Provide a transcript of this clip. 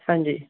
ਹਾਂਜੀ